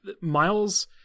Miles